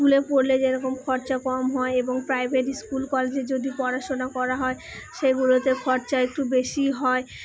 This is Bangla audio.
স্কুলে পড়লে যেরকম খরচা কম হয় এবং প্রাইভেট স্কুল কলেজে যদি পড়াশুনা করা হয় সেগুলোতে খরচা একটু বেশিই হয়